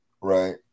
Right